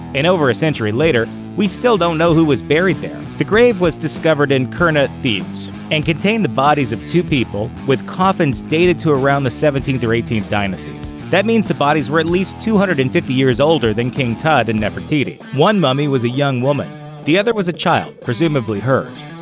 and over a century later, we still don't know who was buried there. the grave was discovered in qurna, thebes and contained the bodies of two people, with coffins dated to around the seventeenth or eighteenth dynasties. that means the bodies were at least two hundred and fifty years older than king tut and nefertiti. one mummy was a young woman the other was a child, presumably hers.